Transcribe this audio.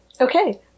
Okay